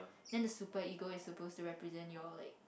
then the super ego is supposed to represent your like